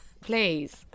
please